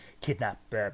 kidnap